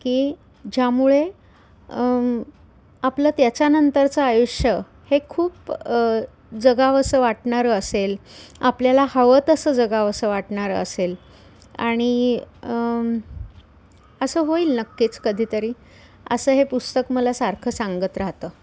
की ज्यामुळे आपलं त्याच्यानंतरचं आयुष्य हे खूप जगावंसं वाटणारं असेल आपल्याला हवं तसं जगावंसं वाटणारं असेल आणि असं होईल नक्कीच कधीतरी असं हे पुस्तक मला सारखं सांगत राहतं